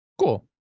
cool